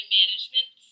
management